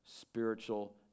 spiritual